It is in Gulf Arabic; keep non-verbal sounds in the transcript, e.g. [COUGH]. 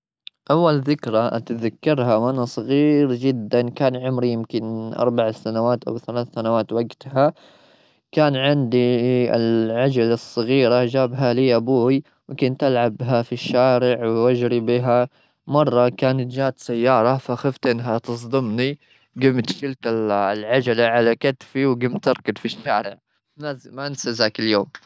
أول ذكرى أتذكرها وأنا صغير جدا كان عمري يمكن أربع سنوات أو ثلاث سنوات. وقتها كان عندي العجلة الصغيرة، جابها لي أبوي. وكنت ألعب بها في الشارع وأجري بها مرة. كانت جات سيارة فخفت إنها تصدمني. قمت [NOISE] شلت العجلة على كتفي، وقمت [NOISE] أركض [NOISE] في الشارع. ما أنسى-ما أنسى ذاك اليوم.